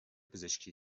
پزشکی